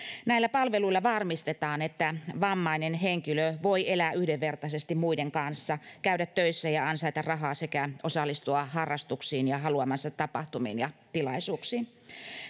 näillä palveluilla varmistetaan että vammainen henkilö voi elää yhdenvertaisesti muiden kanssa käydä töissä ja ansaita rahaa sekä osallistua harrastuksiin ja haluamiinsa tapahtumiin ja tilaisuuksiin